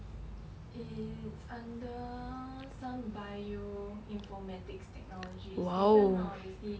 it's under some bio informatics technology it's different lor obviously